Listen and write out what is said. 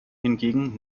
hingegen